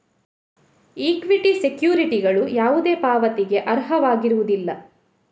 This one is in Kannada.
ಈಕ್ವಿಟಿ ಸೆಕ್ಯುರಿಟಿಗಳು ಯಾವುದೇ ಪಾವತಿಗೆ ಅರ್ಹವಾಗಿರುವುದಿಲ್ಲ